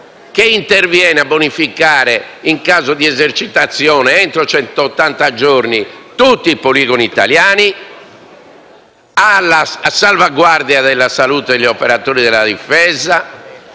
che interviene a bonificare, in caso di esercitazione, entro centottanta giorni tutti i poligoni italiani, a salvaguardia della salute degli operatori della difesa